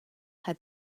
had